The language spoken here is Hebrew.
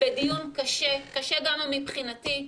בדיון קשה, קשה גם מבחינתי.